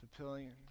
Papillion